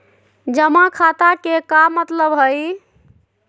जमा खाता के का मतलब हई?